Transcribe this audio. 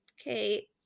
okay